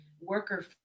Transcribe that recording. worker